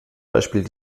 beispiel